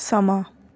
ਸਮਾਂ